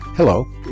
Hello